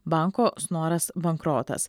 banko snoras bankrotas